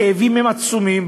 הכאבים עצומים,